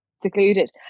secluded